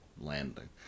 landing